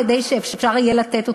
כדי שאפשר יהיה לתת אותה,